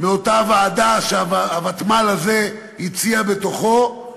מאותה ועדה שהוותמ"ל הזה הציע בתוכו,